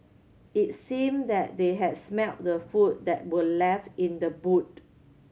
it seemed that they had smelt the food that were left in the boot